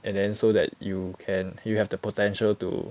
and then so that you can you have the potential to